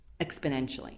exponentially